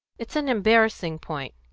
it's an embarrassing point.